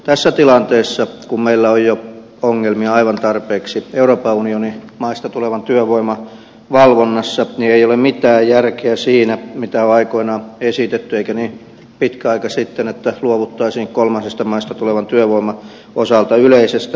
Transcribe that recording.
tässä tilanteessa kun meillä on jo ongelmia aivan tarpeeksi euroopan unionin maista tulevan työvoiman valvonnassa ei ole mitään järkeä siinä mitä on aikoinaan esitetty eikä niin pitkä aika sitten että luovuttaisiin kolmansista maista tulevan työvoiman osalta yleisestä saatavuusharkinnasta